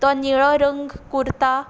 तो निळो रंग कुर्ता